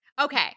Okay